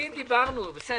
בסדר.